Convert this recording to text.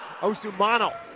Osumano